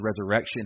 resurrection